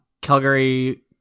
Calgary